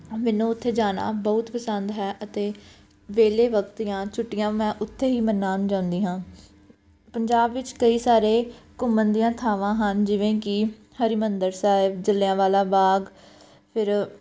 ਮੈਨੂੰ ਉੱਥੇ ਜਾਣਾ ਬਹੁਤ ਪਸੰਦ ਹੈ ਅਤੇ ਵਿਹਲੇ ਵਕਤ ਜਾਂ ਛੁੱਟੀਆਂ ਮੈਂ ਉੱਥੇ ਹੀ ਮਨਾਉਣ ਜਾਂਦੀ ਹਾਂ ਪੰਜਾਬ ਵਿੱਚ ਕਈ ਸਾਰੇ ਘੁੰਮਣ ਦੀਆਂ ਥਾਵਾਂ ਹਨ ਜਿਵੇਂ ਕਿ ਹਰਿਮੰਦਰ ਸਾਹਿਬ ਜਲ੍ਹਿਆਂਵਾਲਾ ਬਾਗ ਫਿਰ